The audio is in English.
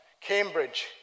Cambridge